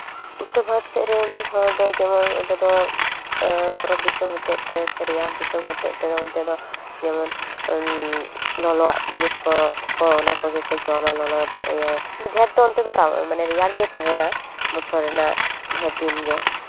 ᱩᱛᱛᱚᱨ ᱵᱷᱟᱨᱚᱛ ᱥᱮᱫ ᱨᱮᱱ ᱦᱚᱲ ᱫᱚ ᱡᱮᱢᱚᱱ ᱚᱸᱰᱮ ᱫᱚ ᱵᱚᱨᱚᱯᱷ ᱫᱤᱥᱳᱢ ᱦᱚᱛᱮᱡ ᱛᱮ ᱥᱮ ᱨᱮᱭᱟᱲ ᱫᱤᱥᱳᱢ ᱦᱚᱛᱮᱡ ᱛᱮ ᱚᱱᱛᱮ ᱫᱚ ᱡᱮᱢᱚᱱ ᱞᱚᱞᱚᱣᱟᱜ ᱡᱤᱱᱤᱥ ᱠᱚ ᱚᱱᱟ ᱠᱚᱜᱮ ᱠᱚ ᱡᱚᱢᱟ ᱚᱱᱟ ᱤᱭᱟᱹ ᱢᱤᱫ ᱫᱦᱟᱣ ᱫᱚ ᱚᱱᱛᱮ ᱫᱚ ᱨᱮᱭᱟᱲ ᱜᱮ ᱛᱟᱦᱮᱱᱟ ᱵᱚᱪᱷᱚᱨ ᱨᱮᱱᱟᱜ ᱰᱷᱮᱨ ᱫᱤᱱ ᱜᱮ